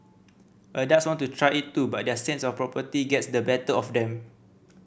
adults want to try it too but their sense of propriety gets the better of them